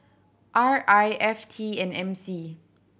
R I F T and M C